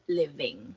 living